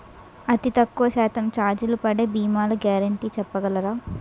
అతి తక్కువ శాతం ఛార్జీలు పడే భీమాలు గ్యారంటీ చెప్పగలరా?